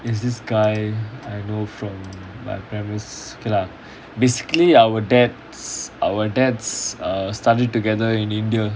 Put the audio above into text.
is this guy I know from my parents okay lah basically our dads our dads err study together in india